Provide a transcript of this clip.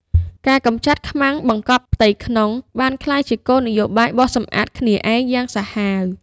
ការកម្ចាត់ "ខ្មាំងបង្កប់ផ្ទៃក្នុង" បានក្លាយជាគោលនយោបាយបោសសម្អាតគ្នាឯងយ៉ាងសាហាវ។